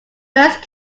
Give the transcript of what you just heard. worst